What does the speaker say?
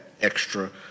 extra